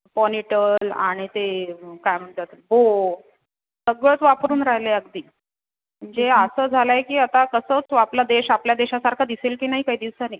ponytail आणि ते काय म्हणतात हो हो सगळंच वापरुन राहिलं आहे अगदी म्हणजे असं झालं आहे की आता कसंच आपला देश आपल्या देशासारखा दिसेल की नाही काही दिवसांनी